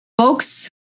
folks